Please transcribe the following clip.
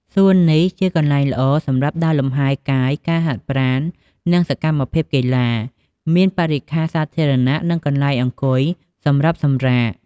សួននេះ ជាកន្លែងល្អសម្រាប់ដើរលំហែកាយ ការហាត់ប្រាណ និងសកម្មភាពកីឡា មានបរិក្ខារសាធារណៈ និងកន្លែងអង្គុយសម្រាប់សម្រាក។